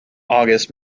august